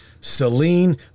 Celine